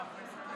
בבקשה,